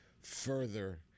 further